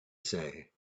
say